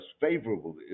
favorable